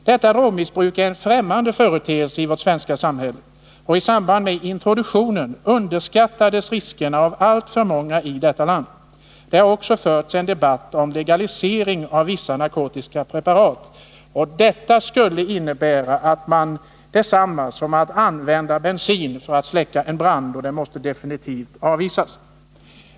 Detta drogmissbruk är en främmande företeelse i vårt svenska samhälle, och i samband med introduktionen underskattades riskerna av alltför många idetta land. Det har också förts en debatt om legalisering av vissa narkotiska preparat. Detta skulle innebära detsamma som att använda bensin för att släcka en brand och måste därför definitivt avvisas.